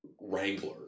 Wrangler